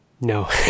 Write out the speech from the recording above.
No